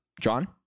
John